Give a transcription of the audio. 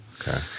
Okay